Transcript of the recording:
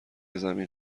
زمین